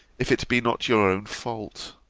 if it be not your own fault.